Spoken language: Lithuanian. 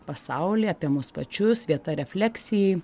pasaulį apie mus pačius vieta refleksijai